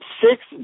six